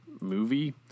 movie